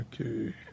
Okay